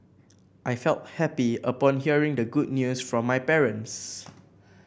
I felt happy upon hearing the good news from my parents